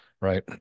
right